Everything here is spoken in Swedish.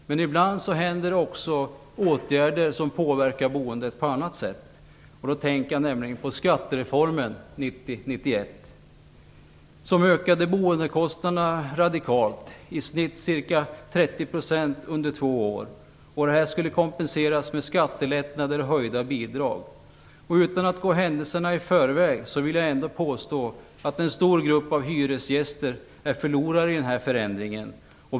Ibland genomförs också åtgärder som påverkar boendet på annat sätt. Jag tänker då på skattereformen 1990/91. Den ökade boendekostnaderna radikalt, i snitt med ca 30 % under två år. Detta skulle kompenseras med skattelättnader och höjda bidrag. Utan att gå händelserna i förväg vill jag ändå påstå att en stor grupp hyresgäster är förlorare i den förändringen.